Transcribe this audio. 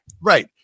Right